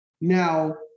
Now